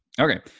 Okay